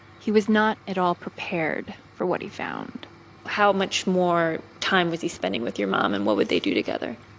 he was not at all prepared for what he found how much more time was he spending with your mom? and what would they do together?